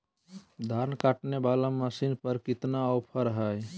धान काटने वाला मसीन पर कितना ऑफर हाय?